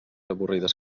avorrides